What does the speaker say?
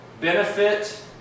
benefit